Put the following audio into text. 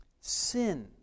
sin